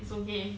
it's okay